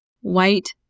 white